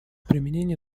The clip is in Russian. применение